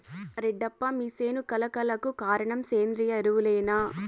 రెడ్డప్ప మీ సేను కళ కళకు కారణం సేంద్రీయ ఎరువులేనా